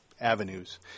avenues